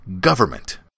government